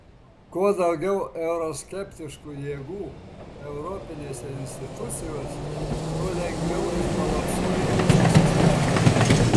kuo daugiau euroskeptiškų jėgų europinėse institucijose tuo lengviau išbalansuoti visą sistemą